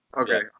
Okay